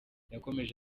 yakomeje